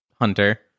hunter